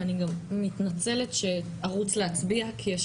ואני גם מתנצלת שארוץ להצביע כי יש